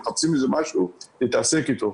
הם מחפשים משהו להתעסק איתו.